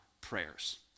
prayers